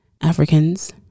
Africans